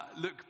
look